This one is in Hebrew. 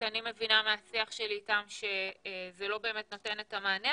אני מבינה מהשיח שלי איתם שזה לא באמת נותן את המענה,